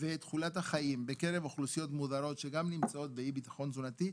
ותוחלת החיים בקרב אוכלוסיות מודרות שגם נמצאות באי-ביטחון תזונתי.